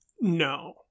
no